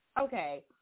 Okay